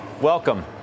Welcome